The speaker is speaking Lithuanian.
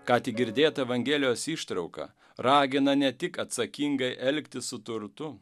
ką tik girdėta evangelijos ištrauka ragina ne tik atsakingai elgtis su turtu